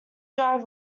drive